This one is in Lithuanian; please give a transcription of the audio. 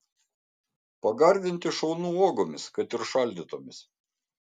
pagardinti šaunu uogomis kad ir šaldytomis